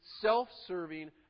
self-serving